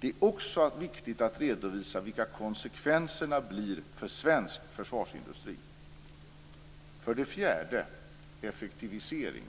Det är också viktigt att redovisa vilka konsekvenserna blir för svensk försvarsindustri. För det fjärde gäller det effektivisering.